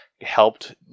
Helped